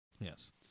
Yes